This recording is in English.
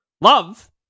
love